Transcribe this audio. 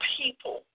people